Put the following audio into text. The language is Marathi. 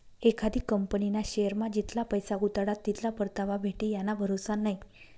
एखादी कंपनीना शेअरमा जितला पैसा गुताडात तितला परतावा भेटी याना भरोसा नै